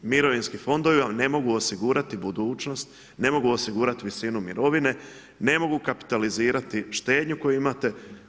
Mirovinski fondovi vam ne mogu osigurati budućnost, ne mogu osigurati visinu mirovine, ne mogu kapitalizirati štednju koju imate.